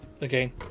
again